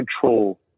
control